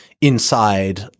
inside